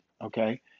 Okay